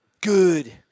good